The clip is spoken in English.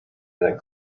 that